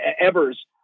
ever's